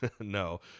No